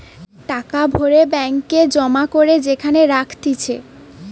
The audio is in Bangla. টাকা ভরে ব্যাঙ্ক এ জমা করে যেখানে রাখতিছে